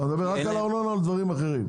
אתה מדבר רק על ארנונה או על דברים אחרים?